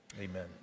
Amen